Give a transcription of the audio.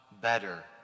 better